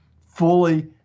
fully